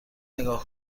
نگاه